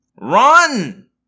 Run